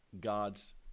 God's